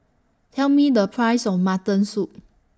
Tell Me The Price of Mutton Soup